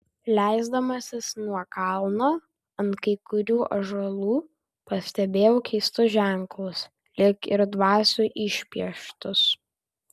leisdamasis nuo kalno ant kai kurių ąžuolų pastebėjau keistus ženklus lyg ir dvasių išpieštus